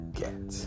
get